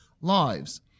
lives